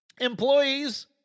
employees